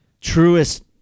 truest